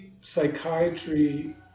psychiatry